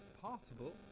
possible